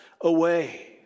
away